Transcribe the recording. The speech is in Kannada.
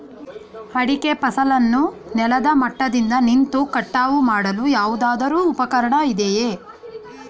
ಅಡಿಕೆ ಫಸಲನ್ನು ನೆಲದ ಮಟ್ಟದಿಂದ ನಿಂತು ಕಟಾವು ಮಾಡಲು ಯಾವುದಾದರು ಉಪಕರಣ ಇದೆಯಾ?